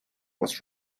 was